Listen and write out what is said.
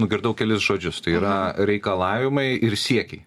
nugirdau kelis žodžius tai yra reikalavimai ir siekiai